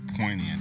poignant